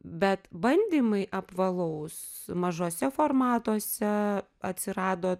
bet bandymai apvalaus mažuose formatuose atsirado